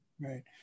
Right